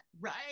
right